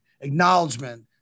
acknowledgement